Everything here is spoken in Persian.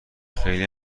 خیلی